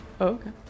Okay